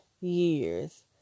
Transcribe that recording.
years